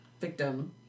victim